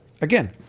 Again